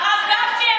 הרב גפני,